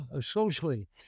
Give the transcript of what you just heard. Socially